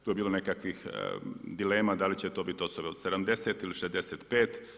Tu je bilo nekakvih dilema da li će to bit osobe od 70 ili 65.